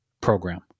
program